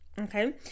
Okay